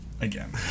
Again